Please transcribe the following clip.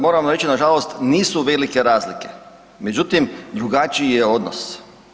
Moram vam reći, nažalost, nisu velike razlike, međutim drugačiji je odnos.